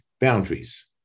boundaries